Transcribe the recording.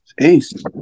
Ace